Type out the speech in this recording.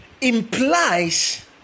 implies